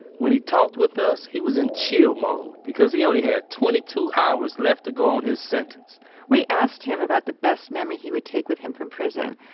when he talked with us, he was in chill mode because he only had twenty two hours left to go on his sentence we asked him about the best memory he would take with him from prison,